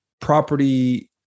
property